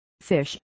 fish